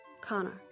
Connor